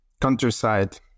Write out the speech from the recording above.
countryside